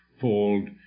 fold